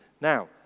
Now